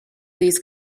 these